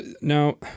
now